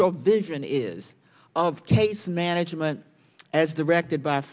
your vision is of case management as directed by